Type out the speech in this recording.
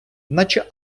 наче